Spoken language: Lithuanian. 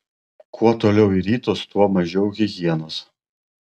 kuo toliau į rytus tuo mažiau higienos